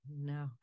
no